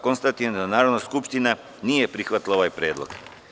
Konstatujem da Narodna skupština nije prihvatila ovaj predlog.